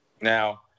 Now